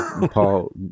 Paul